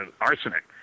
arsenic